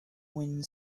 wind